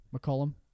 McCollum